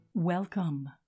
Welcome